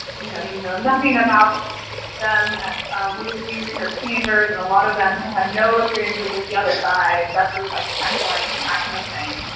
you know you know nothing about them. and we we researched teenagers and a lot of them had had no experiences with the other side except through like checkpoints and that kind of thing.